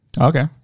okay